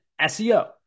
SEO